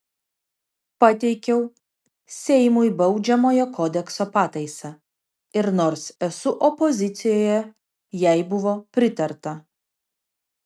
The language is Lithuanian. pateikiau seimui baudžiamojo kodekso pataisą ir nors esu opozicijoje jai buvo pritarta